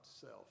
self